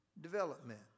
development